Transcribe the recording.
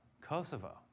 Kosovo